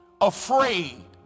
afraid